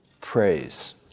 Praise